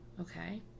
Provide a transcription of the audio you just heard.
okay